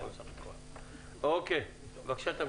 או בעל רישיון כאמור שאחראי על הבטיחות